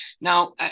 Now